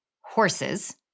Horses